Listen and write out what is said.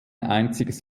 einziges